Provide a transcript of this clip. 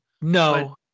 No